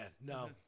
no